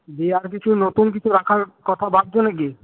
দিয়ে আর কিছু নতুন কিছু রাখার কথা ভাবছ নাকি